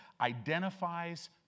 identifies